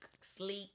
sleek